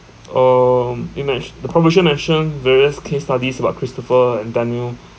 um in which the proposition mentioned various case studies about Christopher and Daniel